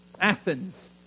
Athens